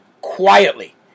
quietly